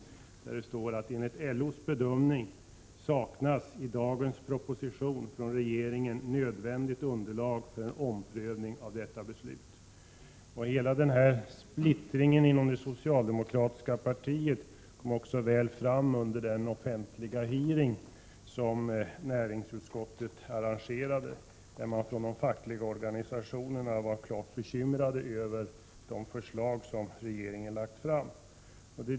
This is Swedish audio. I uttalandet står: ”Enligt LOs bedömning saknas i dagens proposition från regeringen nödvändigt underlag för en omprövning av detta beslut.” Splittringen i det socialdemokratiska partiet kom också fram under den offentliga utfrågning som näringsutskottet arrangerade. Då var de fackliga organisationerna tydligt bekymrade över de förslag som regeringen framlagt.